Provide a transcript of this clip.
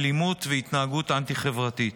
אלימות והתנהגות אנטי-חברתית.